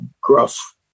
gruff